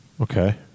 Okay